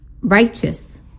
righteous